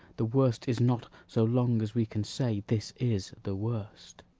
the worst is not so long as we can say this is the worst